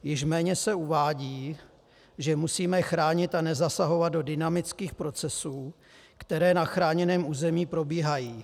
Již méně se uvádí, že musíme chránit a nezasahovat do dynamických procesů, které na chráněném území probíhají.